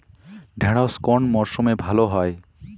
ঢেঁড়শ কোন মরশুমে ভালো হয়?